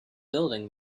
building